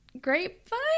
grapevine